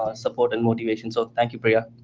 ah support and motivation, so thank you priya.